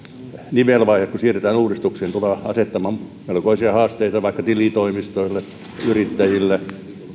nivelvaihe kun siirrytään uudistukseen tulee asettamaan melkoisia haasteita vaikkapa tilitoimistoille yrittäjille